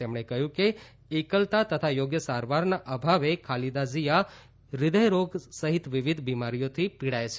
તેમણે કહ્યું કે એકલતા તથા યોગ્ય સારવારના અભાવે ખાલીદા ઝીયા હૃદયરોગ સહિત વિવિધ બીમારીઓથી પીડાય છે